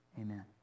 Amen